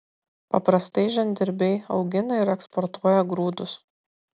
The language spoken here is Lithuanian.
paprastai žemdirbiai augina ir eksportuoja grūdus